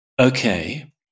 okay